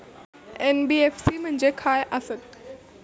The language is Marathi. एन.बी.एफ.सी म्हणजे खाय आसत?